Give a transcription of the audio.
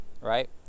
right